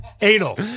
Anal